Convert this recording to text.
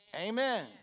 Amen